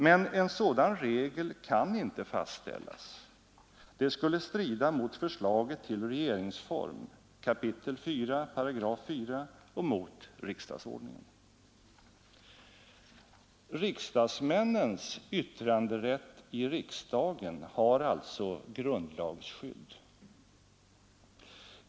Men en sådan regel kan inte fastställas; det skulle strida mot förslaget till regeringsform kap. 4 § 4 och mot riksdagsordningen. Riksdagsmännens yttranderätt i riksdagen har alltså grundlagsskydd.